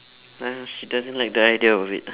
I don't know she doesn't like the idea of it